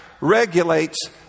regulates